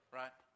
right